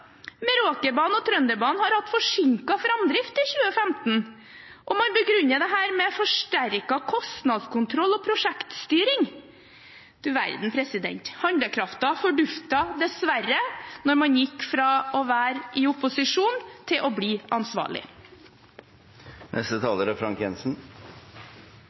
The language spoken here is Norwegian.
Meråkerbanen og Trønderbanen har hatt forsinket framdrift i 2015, og man begrunner dette med forsterket kostnadskontroll og prosjektstyring. Du verden – handlekraften forduftet dessverre da man gikk fra å være i opposisjon til å bli ansvarlig. Ikke bare Frank Jenssen: Frank